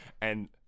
And-